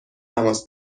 تماس